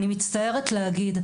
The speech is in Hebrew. אני מצטערת להגיד,